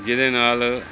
ਜਿਹਦੇ ਨਾਲ